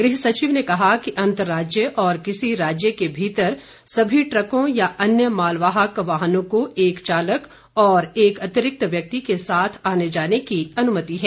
गृह सचिव ने कहा कि अंतरराज्य और किसी राज्य के भीतर सभी ट्रकों व अन्य मालवाहक वाहनों को एक चालक और एक अतिरिक्त व्यक्ति के साथ आने जाने की अनुमति है